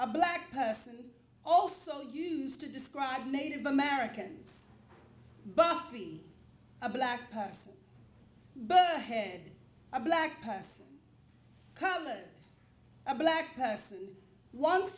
a black person also used to describe native americans buffy a black person but head a black person covered a black person